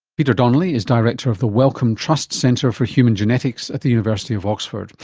peter donnelly is director of the wellcome trust centre for human genetics at the university of oxford.